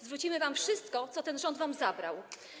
Zwrócimy wam wszystko, co ten rząd wam zabrał.